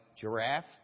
giraffe